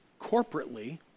corporately